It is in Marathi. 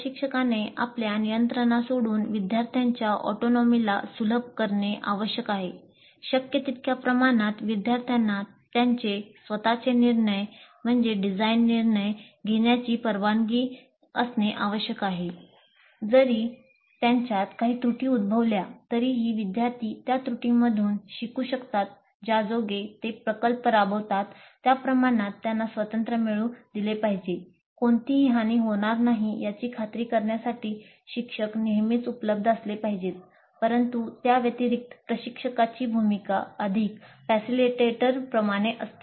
प्रशिक्षकाने आपल्या नियंत्रना सोडून विद्यार्थ्यांच्या ऑटोनॉमीला प्रमाणे असते